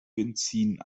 benzin